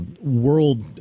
world